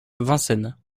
vincennes